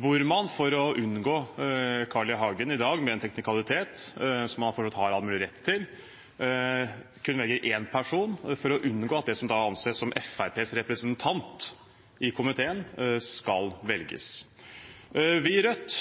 hvor man, for å unngå Carl I. Hagen i dag, med en teknikalitet – som man for så vidt har all mulig rett til – kun velger én person for å unngå at den som anses som Fremskrittspartiets representant i komiteen, skal velges. Rødt